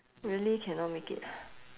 really cannot make it